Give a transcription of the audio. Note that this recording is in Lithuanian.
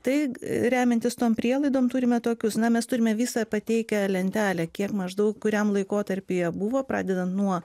tai remiantis tom prielaidom turime tokius na mes turime visą pateikę lentelę kiek maždaug kuriam laikotarpyje buvo pradedant nuo